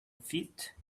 feet